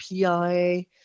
PI